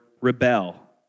rebel